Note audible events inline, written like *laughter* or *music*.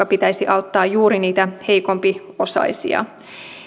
*unintelligible* pitäisi auttaa juuri niitä heikompiosaisia